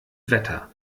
wetter